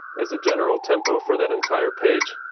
as a general tempo for that entire page,